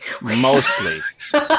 mostly